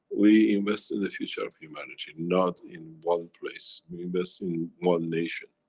we invest in the future of humanity, not in one place, we invest in one nation.